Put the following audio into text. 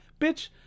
bitch